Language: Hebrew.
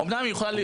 אמנם היא יכולה,